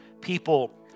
people